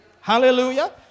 Hallelujah